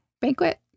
Banquet